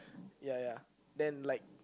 ya ya then like